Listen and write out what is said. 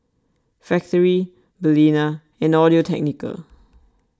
Factorie Balina and Audio Technica